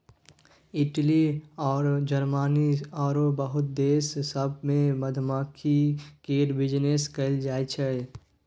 Italy अउर Germany आरो बहुते देश सब मे मधुमाछी केर बिजनेस कएल जाइ छै